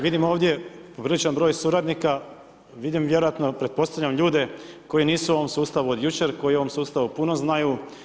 Vidim ovdje popriličan broj suradnika, vidim vjerojatno i pretpostavljam ljude koji nisu u ovom sustavu od jučer, koji o ovom sustavu puno znaju.